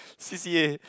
C_C_A